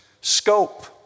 Scope